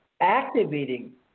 activating